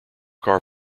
car